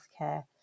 healthcare